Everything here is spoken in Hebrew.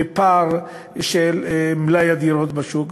ופער במלאי הדירות בשוק,